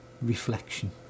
reflection